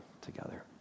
together